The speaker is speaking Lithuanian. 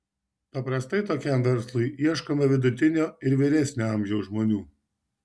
paprastai tokiam verslui ieškoma vidutinio ir vyresnio amžiaus žmonių